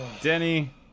Denny